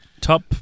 top